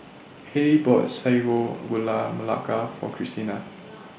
Hailie bought Sago Gula Melaka For Kristina